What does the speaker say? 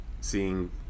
seeing